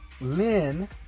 Lynn